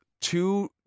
two